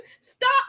Stop